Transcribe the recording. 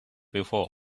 before